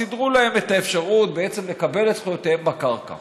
סידרו להם את האפשרות בעצם לקבל את זכויותיהם בקרקע